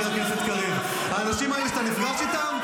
חבר הכנסת קריב: האנשים האלה שאתה נפגש איתם,